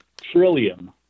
trillion